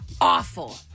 awful